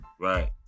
Right